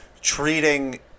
treating